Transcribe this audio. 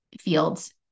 fields